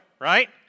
right